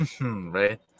Right